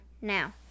now